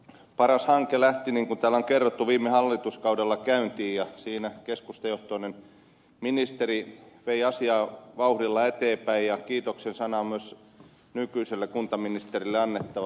paras hanke lähti niin kuin täällä on kerrottu viime hallituskaudella käyntiin ja siinä keskustajohtoinen ministeri vei asiaa vauhdilla eteenpäin ja kiitoksen sana on myös nykyiselle kuntaministerille annettava